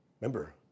remember